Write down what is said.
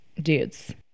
dudes